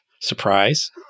Surprise